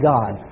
God